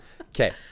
Okay